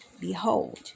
Behold